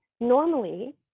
Normally